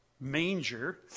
manger